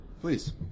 please